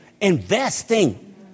investing